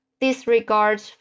disregard